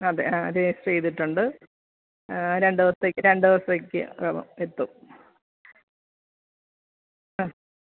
അതെ അ രജിസ്റ്റെർ ചെയ്തിട്ടുണ്ട് രണ്ട് ദിവസത്തേക്ക് രണ്ട് ദിവസത്തേക്ക് വേണം എത്തും